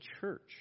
church